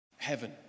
heaven